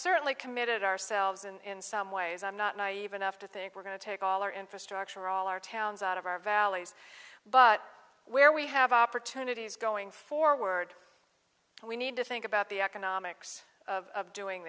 certainly committed ourselves in some ways i'm not naive enough to think we're going to take all our infrastructure all our towns out of our valleys but where we have opportunities going forward we need to think about the economics of doing